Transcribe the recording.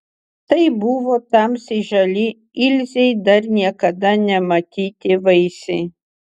tai buvo tamsiai žali ilzei dar niekada nematyti vaisiai